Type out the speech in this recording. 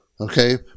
Okay